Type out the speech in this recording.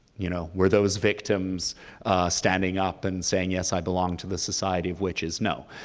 you know were those victims standing up and saying, yes, i belong to the society of witches? no,